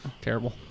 Terrible